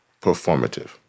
performative